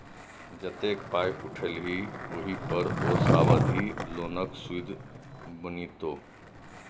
जतेक पाय उठेलही ओहि पर ओ सावधि लोनक सुदि बनितौ